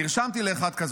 נרשמתי לאחת כזאת,